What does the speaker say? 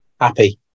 Happy